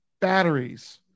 batteries